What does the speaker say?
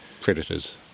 predators